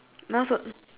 brownish here and there